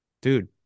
Dude